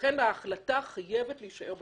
ההחלטה חייבת להישאר במשטרה.